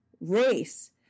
race